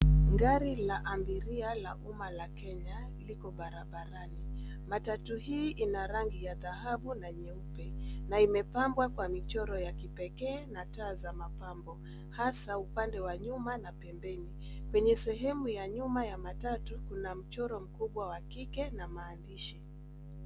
Gari la abiria la umma la Kenya liko barabarani. Matatu hii ina rangi ya dhahabu na nyeupe na imepambwa kwa michoro ya kipekee na taa za mapambo, hasa upande wa nyuma na pembeni. Kwenye sehemu ya nyuma ya matatu kuna mchoro mkubwa wa kike na maandishi.